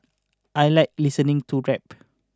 I like listening to rap